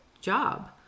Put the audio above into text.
job